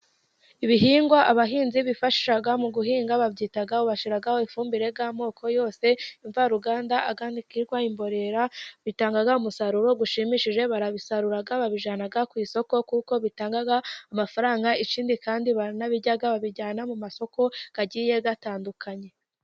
Ibihingwa abahinzi bifashisha mu guhinga babyitaho bashyiraho ifumbire y'amoko yose imvaruganda, andi yitwa imborera, bitanga umusaruro ushimishije barabisarura babijyana ku isoko kuko bitanga amafaranga. Ikindi kandi baranabirya, babijyana mu masoko agiye atandukanye.